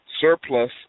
surplus